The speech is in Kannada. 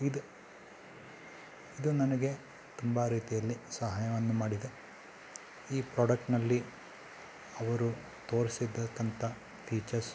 ಇದು ಇದು ನನಗೆ ತುಂಬ ರೀತಿಯಲ್ಲಿ ಸಹಾಯವನ್ನು ಮಾಡಿದೆ ಈ ಪ್ರಾಡಕ್ಟ್ನಲ್ಲಿ ಅವರು ತೋರ್ಸಿದಕಂತ ಫೀಚಸ್